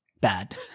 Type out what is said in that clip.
bad